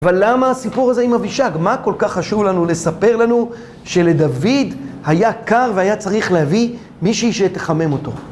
אבל למה הסיפור הזה עם אבישג? מה כל כך חשוב לנו לספר לנו שלדוד היה קר והיה צריך להביא מישהי שתחמם אותו?